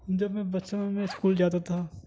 جب میں بچپن میں میں اسکول جاتا تھا